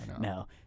No